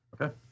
Okay